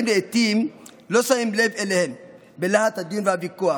לעיתים לא שמים לב אליהן בלהט הדיון והוויכוח.